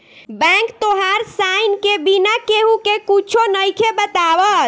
bank तोहार sign के बिना केहु के कुच्छो नइखे बतावत